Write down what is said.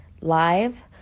live